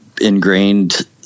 ingrained